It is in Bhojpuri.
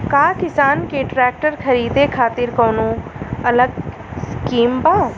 का किसान के ट्रैक्टर खरीदे खातिर कौनो अलग स्किम बा?